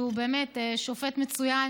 שהוא באמת שופט מצוין,